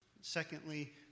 Secondly